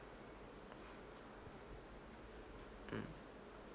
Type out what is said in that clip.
mm